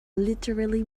literally